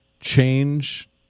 change